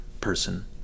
person